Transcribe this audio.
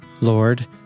Lord